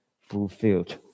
fulfilled